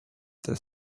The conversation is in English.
their